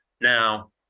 Now